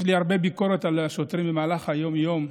יש לי הרבה ביקורת על שוטרים במהלך היום-יום,